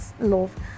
love